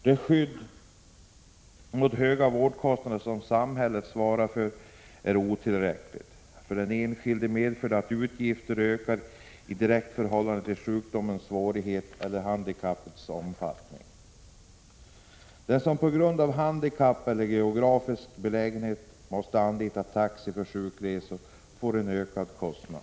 Det skydd mot höga vårdkostnader som samhället svarar för är otillräckligt. För den enskilde medför det att utgifterna ökar i direkt förhållande till sjukdomens svårighetsgrad eller handikappets omfattning. Den som på grund av handikapp eller geografisk belägenhet måste anlita taxi för sjukresor får en ökad kostnad.